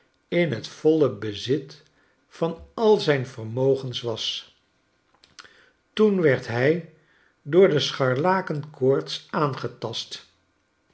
in t voile bezit van al zijn vermogens was toen werd hij door de scharlakenkoorts aangetast